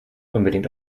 unbedingt